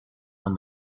when